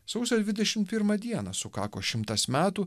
sausio dvidešim pirmą dieną sukako šimtas metų